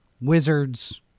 wizards